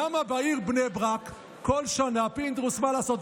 למה בעיר בני ברק כל שנה, פינדרוס, מה לעשות?